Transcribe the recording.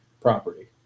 property